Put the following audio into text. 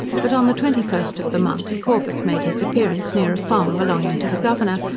but on the twenty first of the month, corbet made his appearance near a farm belonging to the governor,